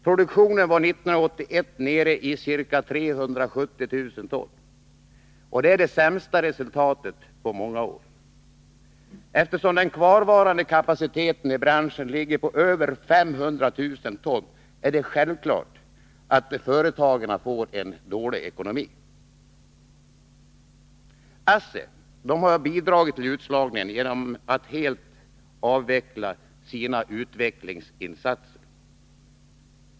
Produktionen var 1981 nere i ca 370 000 ton. Det är det sämsta resultatet på många år. Eftersom den kvarvarande kapaciteten i branschen ligger på över 500 000 ton, är det självklart att företagen får en dålig ekonomi. ASSI har bidragit till utslagningen genom att helt avveckla sina utvecklingsinsatser.